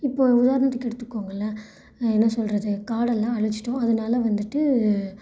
இப்போ உதாரணத்துக்கு எடுத்துக்கோங்களேன் என்ன சொல்கிறது காடெல்லாம் அழிச்சிட்டோம் அதனால வந்துவிட்டு